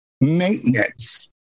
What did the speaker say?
maintenance